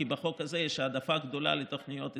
כי בחוק הזה יש העדפה גדולה לתוכניות אצלם.